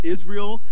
Israel